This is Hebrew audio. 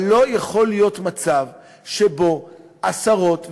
אבל לא יכול להיות מצב שבו עשרות,